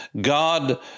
God